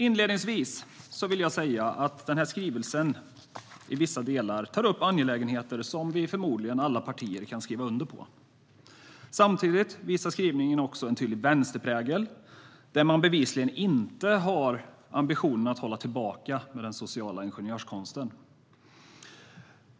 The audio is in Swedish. Inledningsvis vill jag säga att skrivelsen i vissa delar tar upp angelägenheter som vi alla partier förmodligen kan skriva under på. Samtidigt visar skrivelsen också en tydlig vänsterprägel, och man har bevisligen inte ambitionen att hålla tillbaka med den sociala ingenjörskonsten.